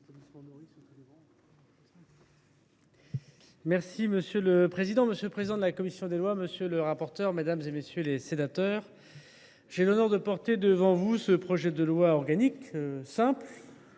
Monsieur le président, monsieur le président de la commission des lois, monsieur le rapporteur, mesdames, messieurs les sénateurs, j’ai l’honneur de vous présenter ce projet de loi organique, dont